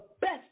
best